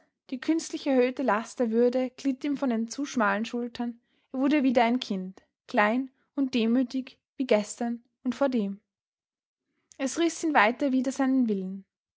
die künstlich erhöhte last der würde glitt ihm von den zu schmalen schultern er wurde wieder ein kind klein und demütig wie gestern und vordem es riß ihn weiter wider seinen willen